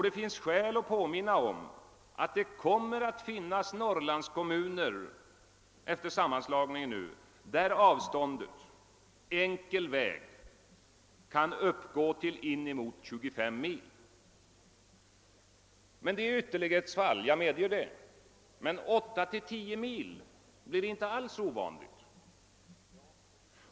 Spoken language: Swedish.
Det finns skäl att erinra om att det efter sammanslagningen kommer att finnas Norrlandskommuner där avståndet, enkel väg, kan uppgå till inemot 25 mil. Det är ytterlighetsfall — jag medger det — men 8—10 mil blir inte alls ovanligt.